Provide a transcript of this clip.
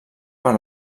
per